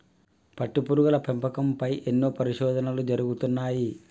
పట్టుపురుగుల పెంపకం పై ఎన్నో పరిశోధనలు జరుగుతున్నాయి